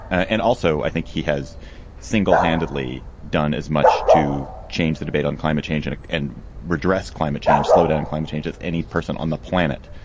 and also, i think he has single handedly done as much to change the debate on climate change and and redress climate change, slow down climate change of any person on the planet.